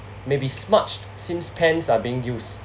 maybe smudged since pens are being used